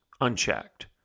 unchecked